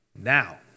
now